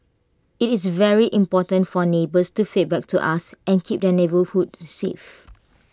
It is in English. IT is very important for neighbours to feedback to us and keep their neighbourhood safe